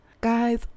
Guys